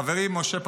חברי משה פסל,